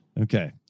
Okay